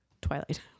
twilight